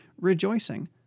rejoicing